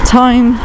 time